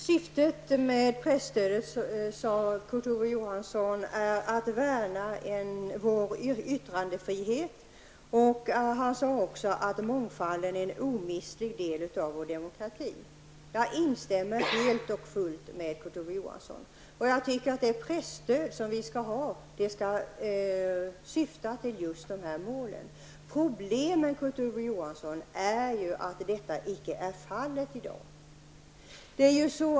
Herr talman! Kurt Ove Johansson sade att syftet med presstödet är att värna om vår yttrandefrihet och att mångfalden är en omistlig del av vår demokrati. Jag instämmer helt och fullt med Kurt Jag tycker att det presstöd som vi skall ha skall främja just dessa mål. Problemen, Kurt Ove Johansson, är att detta icke är fallet i dag.